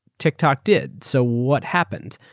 tiktok did. so, what happened?